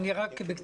כן, אני רק בקצרה.